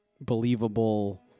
believable